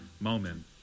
moment